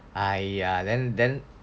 !aiya! then then